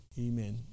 Amen